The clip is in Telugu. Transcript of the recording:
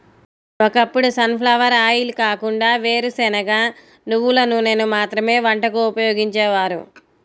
ఒకప్పుడు సన్ ఫ్లవర్ ఆయిల్ కాకుండా వేరుశనగ, నువ్వుల నూనెను మాత్రమే వంటకు ఉపయోగించేవారు